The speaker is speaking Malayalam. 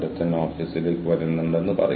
നമുക്ക് ആ ശൃംഖല ഉണ്ടായിരിക്കണം